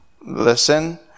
listen